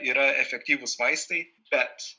yra efektyvūs vaistai bet